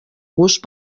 gust